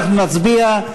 אנחנו נצביע.